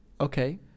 Okay